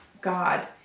God